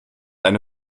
eine